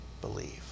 believe